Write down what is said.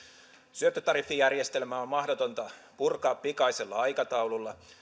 syöttötariffijärjestelmää on mahdotonta purkaa pikaisella aikataululla